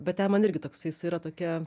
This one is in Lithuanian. bet ten man irgi toksai jis yra tokia